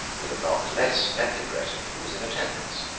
with a not less splendid retinue, was in attendance.